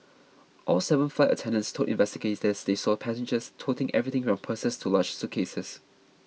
all seven flight attendants told investigators they saw passengers toting everything from purses to large suitcases